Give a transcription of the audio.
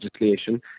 legislation